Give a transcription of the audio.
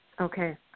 Okay